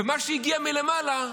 ומה שהגיע מלמעלה,